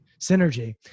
synergy